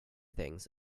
things